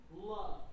Love